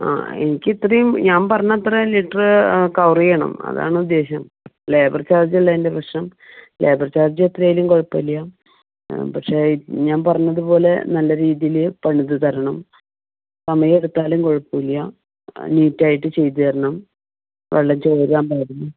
ആ എനിക്കിത്രയും ഞാൻ പറഞ്ഞത്രയും ലിറ്റർ കവർ ചെയ്യണം അതാണ് ഉദ്ദേശം ലേബർ ചാർജ്ജല്ല എൻ്റെ പ്രശ്നം ലേബർ ചാർജ് എത്ര ആയാലും കുഴപ്പമില്ല പക്ഷേ ഞാൻ പറഞ്ഞത് പോലെ നല്ല രീതിയിൽ പണിത് തരണം സമയമെടുത്താലും കുഴപ്പമില്ല നീറ്റായിട്ട് ചെയ്ത് തരണം വെള്ളം ചോരാൻ പാടില്ല